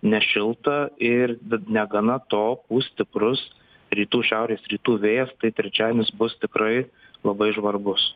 nešilta ir negana to pūs stiprus rytų šiaurės rytų vėjas tai trečiadienis bus tikrai labai žvarbus